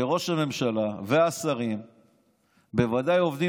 שראש הממשלה והשרים בוודאי עובדים